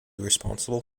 responsible